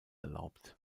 erlaubt